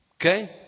Okay